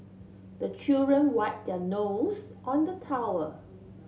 the children wipe their nose on the towel